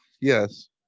yes